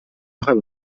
میخوای